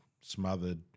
smothered